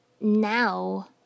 Now